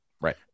right